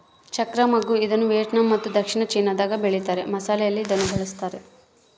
ಚಕ್ತ್ರ ಮಗ್ಗು ಇದನ್ನುವಿಯೆಟ್ನಾಮ್ ಮತ್ತು ದಕ್ಷಿಣ ಚೀನಾದಾಗ ಬೆಳೀತಾರ ಮಸಾಲೆಯಲ್ಲಿ ಇದನ್ನು ಬಳಸ್ತಾರ